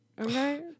Okay